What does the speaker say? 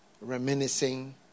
reminiscing